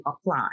apply